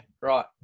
right